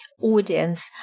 audience